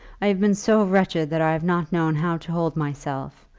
i have been so wretched that i have not known how to hold myself.